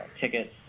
tickets